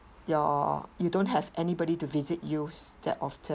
your you don't have anybody to visit you that often